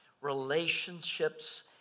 relationships